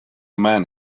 man